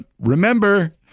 remember